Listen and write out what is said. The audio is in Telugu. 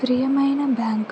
ప్రియమైన బ్యాంక్